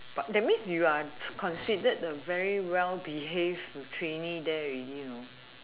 but that means you are considered the very well behave trainee there already you know